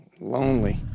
lonely